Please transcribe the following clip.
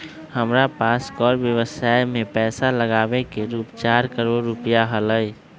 हमरा पास कर व्ययवसाय में पैसा लागावे के रूप चार करोड़ रुपिया हलय